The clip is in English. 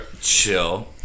chill